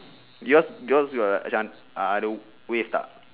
yours yours got macam uh ada wave tak